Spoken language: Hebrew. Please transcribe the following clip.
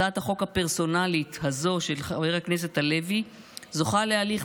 הצעת החוק הפרסונלית הזאת של חבר הכנסת הלוי זוכה להליך